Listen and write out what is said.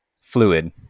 fluid